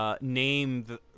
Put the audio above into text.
Name